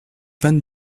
vingt